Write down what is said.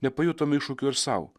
nepajutome iššūkių ir sau